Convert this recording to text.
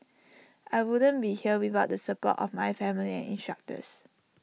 I wouldn't be here without the support of my family instructors